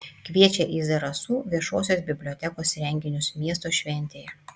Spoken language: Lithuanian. kviečia į zarasų viešosios bibliotekos renginius miesto šventėje